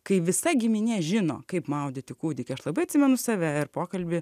kai visa giminė žino kaip maudyti kūdikį aš labai atsimenu save ir pokalbį